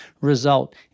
result